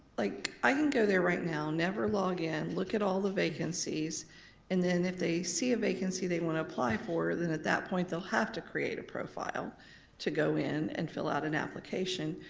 like i can go there right now, never log in, look at all the vacancies and then if they see a vacancy they'd wanna apply for then at that point they'll have to create a profile to go in and fill out an application.